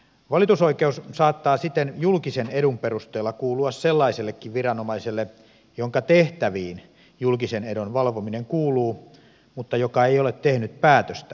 valitusoikeus saattaa siten julkisen edun perusteella kuulua sellaisellekin viranomaiselle jonka tehtäviin julkisen edun valvominen kuuluu mutta joka ei ole tehnyt päätöstä kyseisessä asiassa